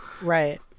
right